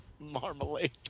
Marmalade